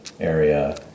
area